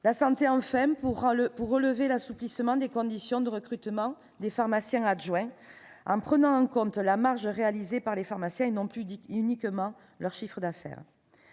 de cela. Enfin, je relève l'assouplissement des conditions de recrutement des pharmaciens adjoints. Sera prise en compte la marge réalisée par les pharmaciens, et non plus uniquement leur chiffre d'affaires.